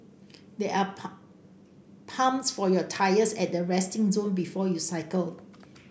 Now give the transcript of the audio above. there are pumps for your tyres at the resting zone before you cycle